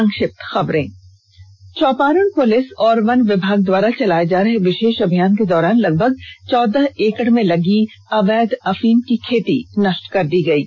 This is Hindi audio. संक्षिप्त खबरें चौपारण पुलिस और वन विभाग द्वारा चलाए जा रहे विषेष अभियान के दौरान लगभग चौदह एकड़ में लगी अवैध अफीम की खेती नष्ट कर दी गई है